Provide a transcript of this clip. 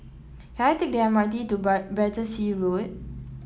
can I take the M R T to Battersea Road